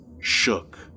shook